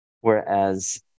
whereas